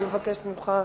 אני מבקשת ממך,